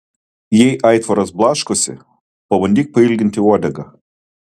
jei aitvaras blaškosi pabandyk pailginti uodegą